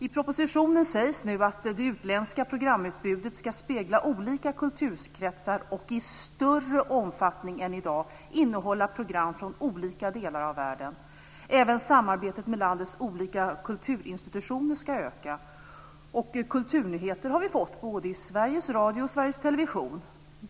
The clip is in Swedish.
I propositionen sägs nu att det utländska programutbudet ska spegla olika kulturkretsar och i större omfattning än i dag innehålla program från olika delar av världen. Även samarbetet med landets olika kulturinstitutioner ska öka. Kulturnyheter har vi fått, både i Sveriges Radio och i Sveriges Television.